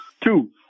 Two